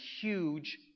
huge